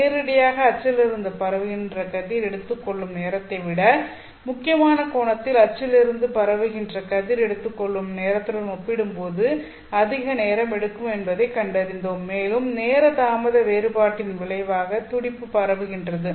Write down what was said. நேரடியாக அச்சில் இருந்து பரவுகின்ற கதிர் எடுத்துக்கொள்ளும் நேரத்தை விட முக்கியமான கோணத்தில் அச்சில் இருந்து பரவுகின்ற கதிர் எடுத்துக்கொள்ளும் நேரத்துடன் ஒப்பிடும்போது அதிக நேரம் எடுக்கும் என்பதைக் கண்டறிந்தோம் மேலும் நேர தாமத வேறுபாட்டின் விளைவாக துடிப்பு பரவுகிறது